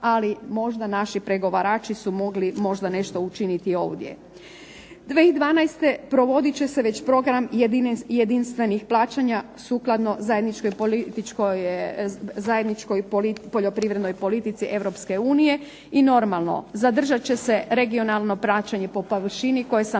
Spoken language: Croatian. ali možda naši pregovarači su mogli možda nešto učiniti i ovdje. 2012. provodit će se već program jedinstvenih plaćanja sukladno zajedničkoj poljoprivrednoj politici EU i normalno zadržat će se regionalno praćenje po površini koje sam